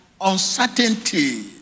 uncertainty